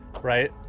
right